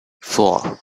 four